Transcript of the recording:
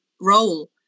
role